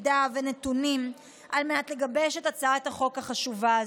על המידע והנתונים על מנת לגבש את הצעת החוק החשובה הזו.